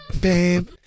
Babe